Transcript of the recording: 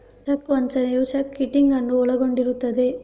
check ವಂಚನೆಯು check kiting ಅನ್ನು ಒಳಗೊಂಡಿರುತ್ತದೆ